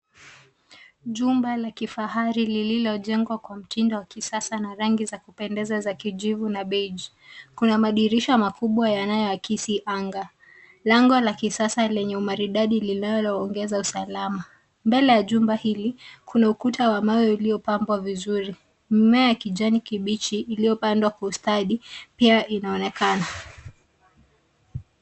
Jumba la kifahari lililojengwa kwa mtindo wa kisasa na rangi za kupendeza za kijivu na baige . Kuna madirisha makubwa yanayoakisi anga. Lango la kisasa lenye umaridadi la eneo laongeza usalama. Mbele ya jumba hili kuna ukuta wa mawe uliopambwa vizuri. Mmea ya kijani kibichi iliyopandwa kwa ustadi pia inaonekana.